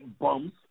bums